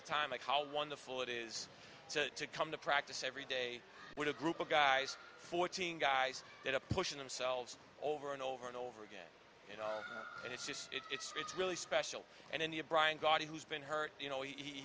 the time and how wonderful it is to come to practice every day with a group of guys fourteen guys that are pushing themselves over and over and over again you know and it's just it's it's really special and in the brian garden who's been hurt you know he